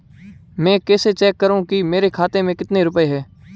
मैं कैसे चेक करूं कि मेरे खाते में कितने रुपए हैं?